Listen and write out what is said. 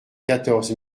quatorze